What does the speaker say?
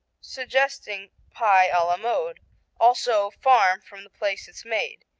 suggesting pie a la mode also farm from the place it's made.